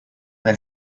del